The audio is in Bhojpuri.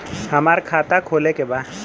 हमार खाता खोले के बा?